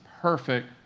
perfect